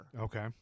Okay